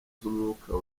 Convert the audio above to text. z’umwuka